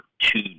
two